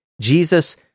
Jesus